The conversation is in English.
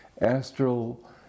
astral